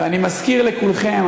אני מזכיר לכולכם,